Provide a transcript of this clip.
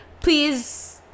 please